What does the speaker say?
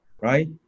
right